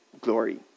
glory